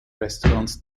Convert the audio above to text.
restaurants